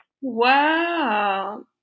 Wow